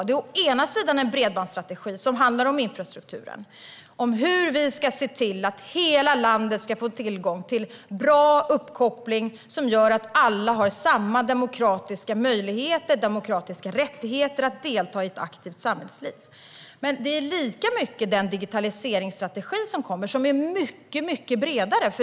Å ena sidan är det en bredbandsstrategi som handlar om infrastrukturen, om hur vi ska se till att hela landet ska få tillgång till bra uppkopplingshastighet som gör att alla har samma demokratiska möjligheter och rättigheter att delta i ett aktivt samhällsliv. Å andra sidan är det lika mycket den digitaliseringsstrategi som ska läggas fram, som är mycket bredare.